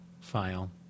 file